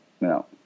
no